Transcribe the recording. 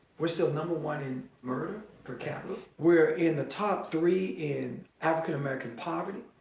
we're still number one in murder per capita. we're in the top three in african american poverty.